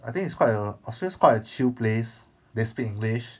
I think it's quite a australia's quite a chill place they speak english